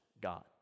God